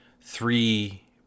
three